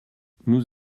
nous